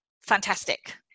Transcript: fantastic